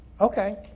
okay